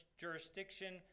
jurisdiction